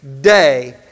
day